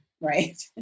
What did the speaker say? right